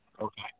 Okay